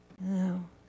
No